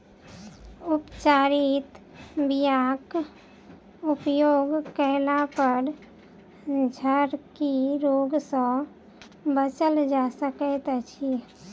उपचारित बीयाक उपयोग कयलापर झरकी रोग सँ बचल जा सकैत अछि